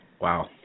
Wow